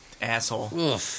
asshole